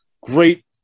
Great